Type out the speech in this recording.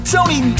Tony